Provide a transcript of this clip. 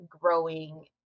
growing